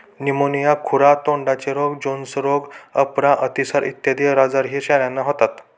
pneumonia, खुरा तोंडाचे रोग, जोन्स रोग, अपरा, अतिसार इत्यादी आजारही शेळ्यांना होतात